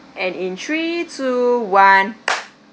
and in three two one